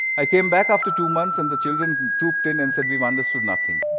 i came back after two months and the children trooped in and said, we've understood nothing.